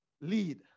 lead